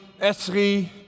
S3